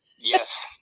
Yes